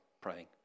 praying